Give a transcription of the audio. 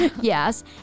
Yes